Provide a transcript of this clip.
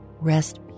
rest